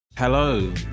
Hello